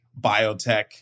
biotech